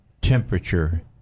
temperature